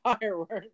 fireworks